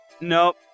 Nope